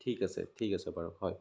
ঠিক আছে ঠিক আছে বাৰু হয় আহক